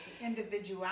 individuality